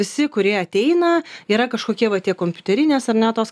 visi kurie ateina yra kažkokie va tie kompiuterinės ar ne tos